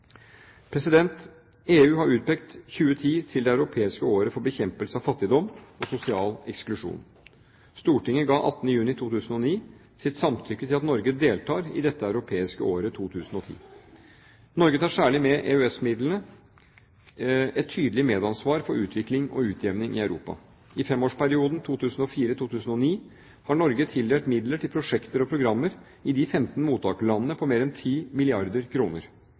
EU har utpekt 2010 til det europeiske året for bekjempelse av fattigdom og sosial eksklusjon. Stortinget ga 18. juni 2009 sitt samtykke til at Norge deltar i det europeiske året 2010. Norge tar, særlig med EØS-midlene, et tydelig medansvar for utvikling og utjevning i Europa. I femårsperioden 2004–2009 har Norge tildelt midler til prosjekter og programmer i de 15 mottakerlandene på mer enn 10 milliarder